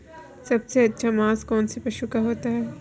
सबसे अच्छा मांस कौनसे पशु का होता है?